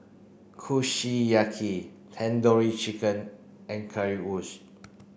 Kushiyaki Tandoori Chicken and Currywurst